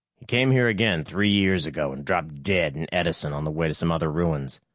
he came here again three years ago and dropped dead in edison on the way to some other ruins.